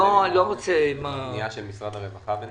בוא נתקדם בינתיים לפנייה של משרד הרווחה.